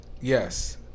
yes